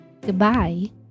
Goodbye